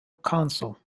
council